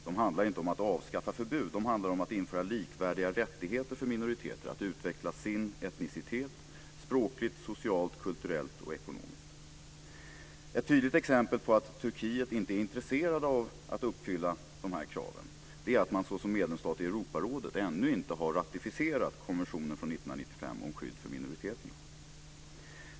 De handlar inte om att avskaffa förbud, utan de handlar om att införa likvärdiga rättigheter för minoriteter när det gäller att utveckla sin etnicitet språkligt, socialt, kulturellt och ekonomiskt. Ett tydligt exempel på att Turkiet inte är intresserat av att uppfylla de här kraven är att man såsom medlemsstat i Europarådet ännu inte har ratificerat konventionen från år 1995 om skydd för minoriteter.